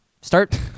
Start